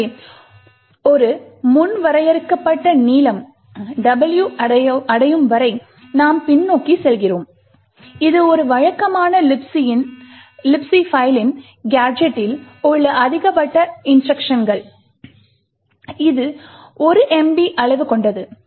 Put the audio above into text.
எனவே ஒரு முன் வரையறுக்கப்பட்ட நீளம் "W" அடையும் வரை நாம் பின்னோக்கிச் செல்கிறோம் இது ஒரு வழக்கமான Libc பைலின் கேஜெடில் உள்ள அதிகபட்ச இன்ஸ்ட்ருக்ஷன்கள் இது 1 MB அளவு கொண்டது